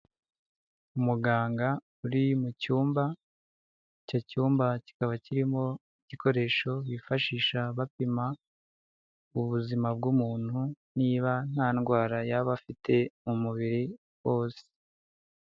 Umuganga uri mu cyumba, icyo cyumba kikaba kirimo igikoresho bifashisha bapima ubuzima bw'umuntu niba nta ndwara yaba afite mu mubiri wose.